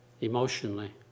emotionally